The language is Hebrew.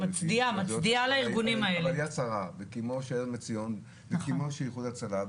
אבל "יד שרה" זה כמו ש"עזר מציון" וכמו איחוד הצלה,